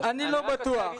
אני לא בטוח.